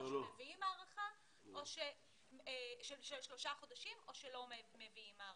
או מביאים הארכה של שלושה חודשים או שלא מביאים הארכה.